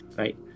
right